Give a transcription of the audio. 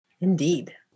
Indeed